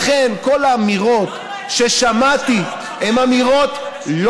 הוא לא יועץ משפטי בשירות חברי הכנסת, אלא